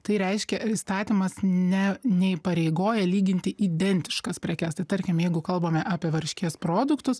tai reiškia įstatymas ne neįpareigoja lyginti identiškas prekes tai tarkim jeigu kalbame apie varškės produktus